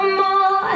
more